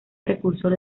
precursor